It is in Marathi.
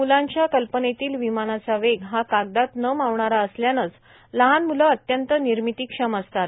म्लांच्या कल्पनेतील विमानाचा वेग हा कागदात न मावणारा असल्यानेच लहान म्ले अत्यंत निर्मितीक्षम असतात